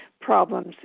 problems